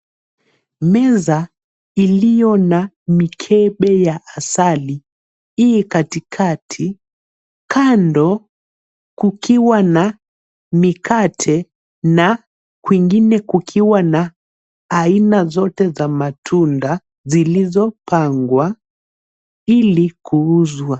Meza iliyo na mikebe ya asali hii katikati, kando kukiwa na mikate na kwingine kukiwa na aina zote za matunda zilizopangwa ili kuuzwa.